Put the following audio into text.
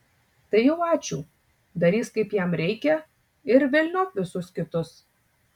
tai jau ačiū darys kaip jam reikia ir velniop visus kitus